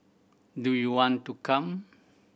do you want to come